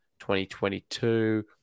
2022